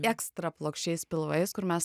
ekstra plokščiais pilvais kur mes